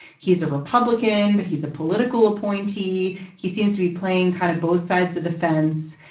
he's a republican but he's a political appointee. he seems to be playing kind of both sides of the fence.